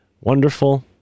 wonderful